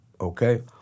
Okay